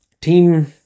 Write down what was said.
team